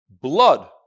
blood